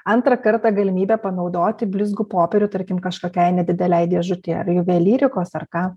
antrą kartą galimybę panaudoti blizgų popierių tarkim kažkokiai nedidelei dėžutei ar juvelyrikos ar ką